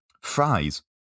fries